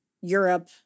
Europe